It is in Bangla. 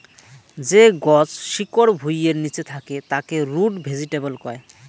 যে গছ শিকড় ভুঁইয়ের নিচে থাকে তাকে রুট ভেজিটেবল কয়